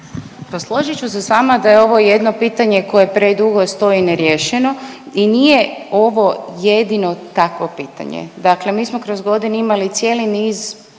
Pa složit ću se s vama da je ovo jedno pitanje koje predugo stoji neriješeno i nije ovo jedino takvo pitanje, dakle mi smo kroz godine imali cijeli niz